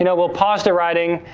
you know we'll polish the writing.